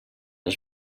els